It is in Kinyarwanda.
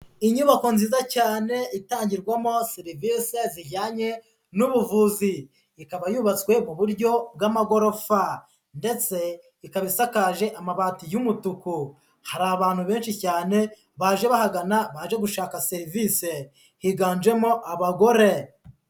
Inyubako nziza cyane itangirwamo serivise zijyanye n'ubuvuzi. Ikaba yubatswe mu buryo bw'amagorofa. Ndetse ikaba isakaje amabati y'umutuku. Hari abantu benshi cyane baje bahagana Baje gushaka serivise. Higanjemo abagore.